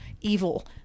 evil